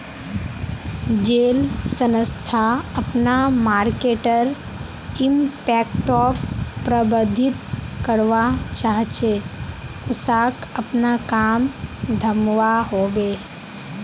जेल संस्था अपना मर्केटर इम्पैक्टोक प्रबधित करवा चाह्चे उसाक अपना काम थम्वा होबे